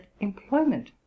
employment